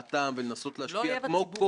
הם משקיעים פה הרבה כסף,